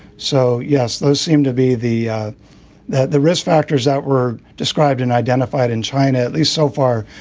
so, yes, those seem to be the the risk factors out were described and identified in china, at least so far,